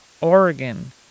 Oregon